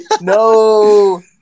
No